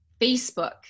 Facebook